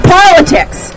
politics